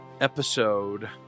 episode